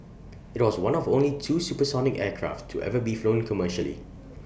IT was one of only two supersonic aircraft to ever be flown commercially